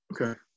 Okay